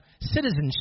citizenship